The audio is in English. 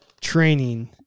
training